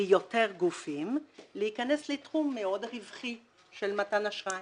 ליותר גופים להיכנס לתחום מאוד רווחי של מתן אשראי.